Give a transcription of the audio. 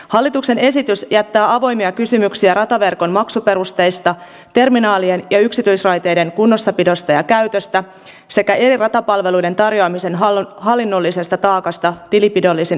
hallituksen esitys jättää avoimia kysymyksiä rataverkon maksuperusteista terminaalien ja yksityisraiteiden kunnossapidosta ja käytöstä sekä eri ratapalveluiden tarjoamisen hallinnollisesta taakasta tilinpidollisen eriyttämisen myötä